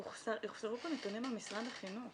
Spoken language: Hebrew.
הוחסרו פה נתונים על משרד החינוך